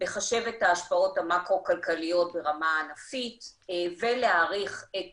לחשב את ההשפעות המקרו כלכליות ברמה ענפית ולהעריך את